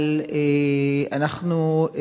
אבל אנחנו,